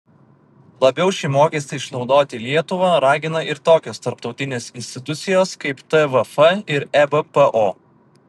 labiau šį mokestį išnaudoti lietuvą ragina ir tokios tarptautinės institucijos kaip tvf ir ebpo